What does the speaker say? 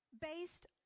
Based